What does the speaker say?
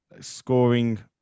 scoring